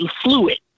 fluid